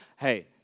hey